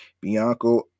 Bianco